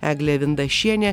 eglė vindašienė